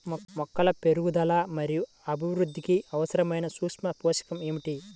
మొక్కల పెరుగుదల మరియు అభివృద్ధికి అవసరమైన సూక్ష్మ పోషకం ఏమిటి?